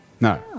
No